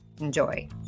Enjoy